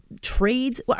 trades